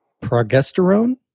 progesterone